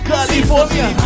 California